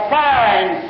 fine